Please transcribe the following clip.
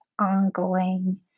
ongoing